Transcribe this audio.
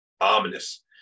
ominous